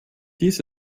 dies